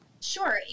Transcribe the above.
Sure